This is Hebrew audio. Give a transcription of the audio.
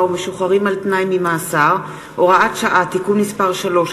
ומשוחררים על-תנאי ממאסר (הוראת שעה) (תיקון מס' 3),